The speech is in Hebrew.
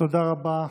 תודה רבה.